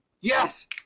Yes